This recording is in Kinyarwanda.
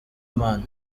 imana